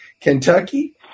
Kentucky